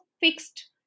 fixed